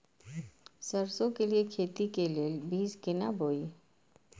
सरसों के लिए खेती के लेल बीज केना बोई?